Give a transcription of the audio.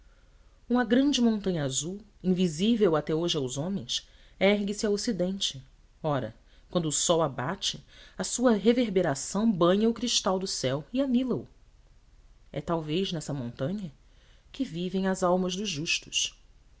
uma grande montanha azul invisível até hoje aos homens ergue-se a ocidente ora quando o sol abate a sua reverberação banha o cristal do céu e anila o e talvez nessa montanha que vivem as almas dos justos